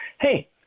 hey